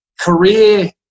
career